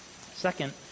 Second